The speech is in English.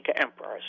emperors